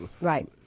right